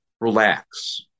relax